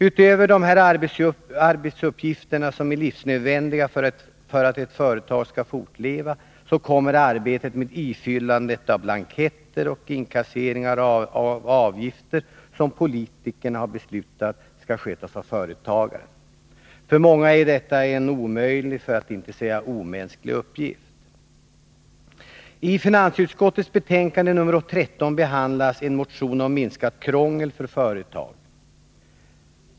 Utöver dessa arbetsuppgifter, som är helt nödvändiga för att ett företag skall kunna fortleva, kommer arbetet med ifyllandet av blanketter och inkasseringar av avgifter, som politikerna har beslutat skall skötas av företagaren. För många är det en omöjlig, för att inte säga omänsklig, uppgift. I finansutskottets betänkande 1982/83:13 behandlas en motion om minskat krångel för företagare.